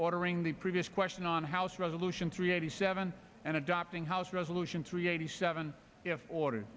ordering the previous question on house resolution three eighty seven and adopting house resolution three eighty seven order